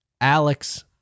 Alex